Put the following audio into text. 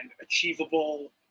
achievable